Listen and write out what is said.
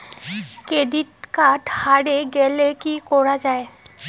Credit card হারে গেলে কি করা য়ায়?